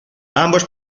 ambos